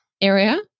area